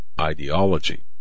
ideology